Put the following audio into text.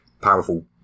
powerful